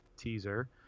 teaser